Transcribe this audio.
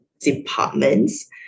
departments